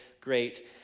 great